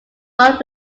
broad